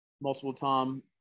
multiple-time